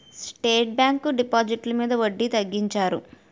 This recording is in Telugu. స్టేట్ బ్యాంకు డిపాజిట్లు మీద వడ్డీ తగ్గించారు